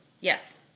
Yes